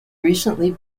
recently